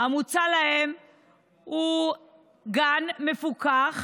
המוצע הוא גן מפוקח,